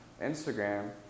Instagram